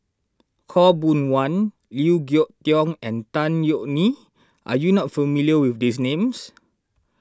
Khaw Boon Wan Liew Geok Leong and Tan Yeok Nee are you not familiar with these names